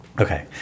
okay